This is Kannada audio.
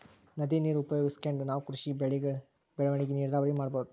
ನದಿ ನೀರ್ ಉಪಯೋಗಿಸ್ಕೊಂಡ್ ನಾವ್ ಕೃಷಿ ಬೆಳೆಗಳ್ ಬೆಳವಣಿಗಿ ನೀರಾವರಿ ಮಾಡ್ಬಹುದ್